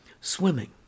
Swimming